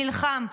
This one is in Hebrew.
נלחם,